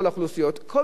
כל מיני חוות דעת אישיות,